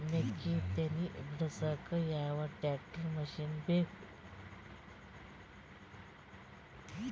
ಮೆಕ್ಕಿ ತನಿ ಬಿಡಸಕ್ ಯಾವ ಟ್ರ್ಯಾಕ್ಟರ್ ಮಶಿನ ಬೇಕು?